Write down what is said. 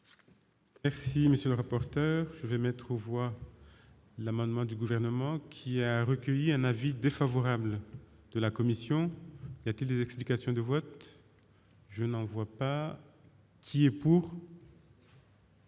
Merci, monsieur le rapporteur, je vais mettre aux voix l'amendement du gouvernement qui a recueilli un avis défavorable de la commission, y a-t-il des explications de vote, je n'en vois pas qui est pour.